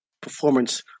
performance